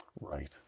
Right